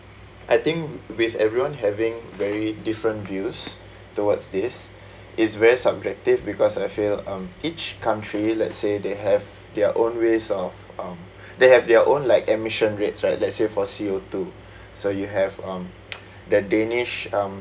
I think with everyone having very different views towards this is very subjective because I feel um each country let's say they have their own ways of um they have their own like emission rates right let's say for C_O two so you have um the danish um